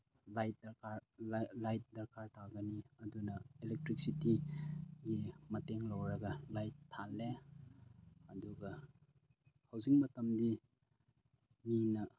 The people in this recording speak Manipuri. ꯂꯥꯏꯠ ꯗꯔꯀꯥꯔ ꯇꯥꯒꯅꯤ ꯑꯗꯨꯅ ꯑꯦꯂꯦꯛꯇ꯭ꯔꯤꯛꯁꯤꯇꯤꯒꯤ ꯃꯇꯦꯡ ꯂꯧꯔꯒ ꯂꯥꯏꯠ ꯊꯥꯜꯂꯦ ꯑꯗꯨꯒ ꯍꯧꯖꯤꯛ ꯃꯇꯝꯗꯤ ꯃꯤꯅ